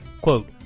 quote